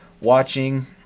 watching